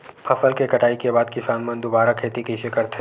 फसल के कटाई के बाद किसान मन दुबारा खेती कइसे करथे?